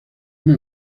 una